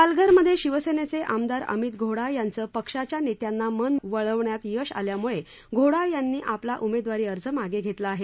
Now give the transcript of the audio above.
पालघरमधे शिवसेनेचे आमदार अमित घोडा यांचं पक्षाच्या नेत्यांना मन वळवण्यात यश आल्याम्ळे घोडा यांनी आपला उमेदवारी अर्ज मागे घेतला आहे